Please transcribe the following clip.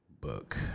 Book